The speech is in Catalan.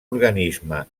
organisme